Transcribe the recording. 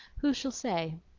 who shall say?